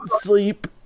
sleep